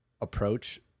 approach